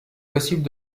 possible